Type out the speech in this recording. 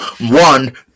one